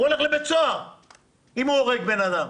הוא הולך לבית סוהר אם הוא הורג בן אדם.